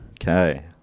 Okay